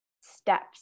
steps